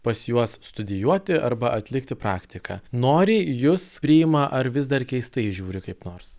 pas juos studijuoti arba atlikti praktiką noriai jus priima ar vis dar keistai žiūri kaip nors